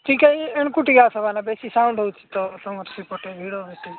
ଟିକେ ଏଆଡ଼କୁ ଟିକେ ଆସ ଭାଇନା ବେଶୀ ସାଉଣ୍ଡ ହେଉଛି ତ ତୁମର ସେପଟେ ଭିଡ଼ ଏତେ